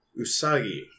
Usagi